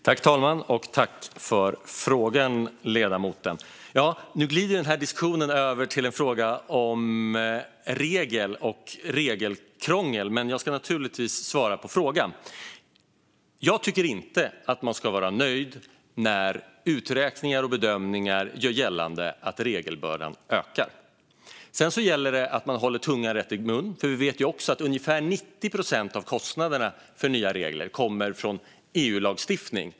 Fru talman! Jag tackar ledamoten för frågan. Nu glider den här diskussionen över till en fråga om regler och regelkrångel, men jag ska naturligtvis svara på frågan. Jag tycker inte att man ska vara nöjd när uträkningar och bedömningar gör gällande att regelbördan ökar. Det gäller dock att man håller tungan rätt i mun, för vi vet att ungefär 90 procent av kostnaderna för nya regler kommer från EU-lagstiftning.